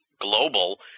global